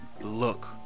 look